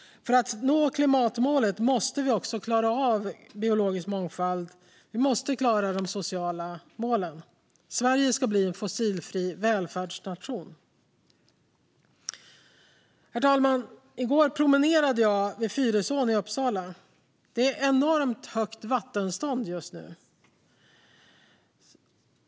För att nå klimatmålet måste vi klara av även biologisk mångfald och de sociala målen. Sverige ska bli en fossilfri välfärdsnation. Herr talman! I går promenerade jag vid Fyrisån i Uppsala. Det är enormt högt vattenstånd just nu.